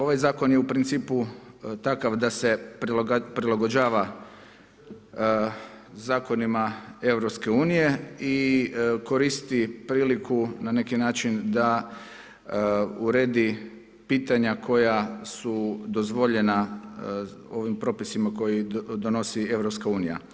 Ovaj zakon je u principu takav da se prilagođava zakonima EU i koristi priliku na neki način da uredi pitanja koja su dozvoljena ovim propisima koje donosi EU.